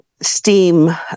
steam